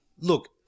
Look